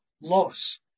loss